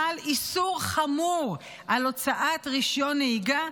חל איסור חמור של הוצאת רישיון נהיגה,